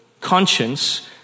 conscience